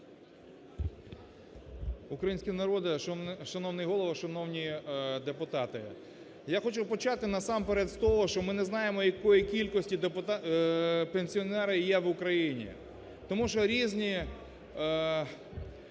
Український народе, шановний Голово, шановні депутати! Я хочу почати насамперед з того, що ми не знаємо, якої кількості пенсіонери є в Україні. Тому що різні